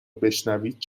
بشنوید